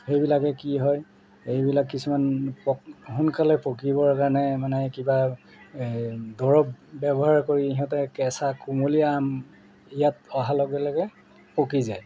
সেইবিলাকে কি হয় এইবিলাক কিছুমান পক সোনকালে পকিবৰ কাৰণে মানে কিবা এই দৰৱ ব্যৱহাৰ কৰি সিহঁতে কেঁচা কোমলীয়া আম ইয়াত অহাৰ লগে লগে পকি যায়